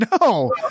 No